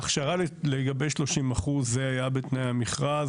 הכשרה לגבי 30% זה היה בתנאי המכרז,